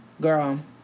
Girl